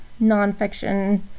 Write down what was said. nonfiction